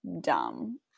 dumb